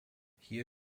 hier